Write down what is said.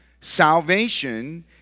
Salvation